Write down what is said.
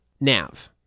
Nav